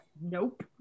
Nope